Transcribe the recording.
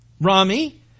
Rami